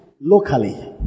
locally